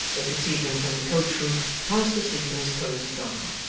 they could see him from the coach-roof fast asleep in his cosy bar.